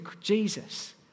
Jesus